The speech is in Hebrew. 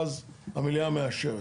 ואז המליאה מאשרת.